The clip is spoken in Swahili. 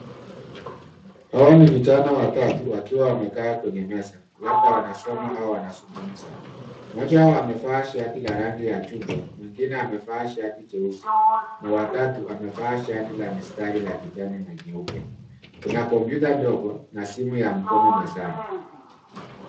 Hawa ni vijana watatu wakiwa wamekaa kwenye meza labda wanasoma ama wanazungumza. Moja wao amevaa shati la rangi ya chungwa mwingine amevaa shati jeusi na watatu amevaa shati la mistari la kijani na nyeupe. Kuna kompyuta ndogo na simu ya mkono mezani.